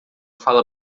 fala